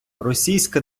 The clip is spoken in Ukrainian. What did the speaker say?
російська